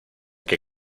que